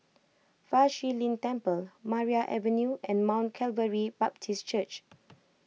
Fa Shi Lin Temple Maria Avenue and Mount Calvary Baptist Church